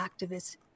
activists